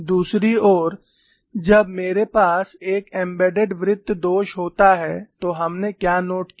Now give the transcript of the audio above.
दूसरी ओर जब मेरे पास एक एम्बेडेड वृत्त दोष होता है तो हमने क्या नोट किया